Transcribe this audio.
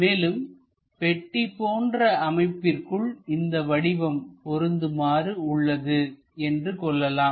மேலும் பெட்டி போன்ற அமைப்பிற்குள் இந்த வடிவம் பொருந்துமாறு உள்ளது என்று கொள்ளலாம்